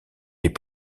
les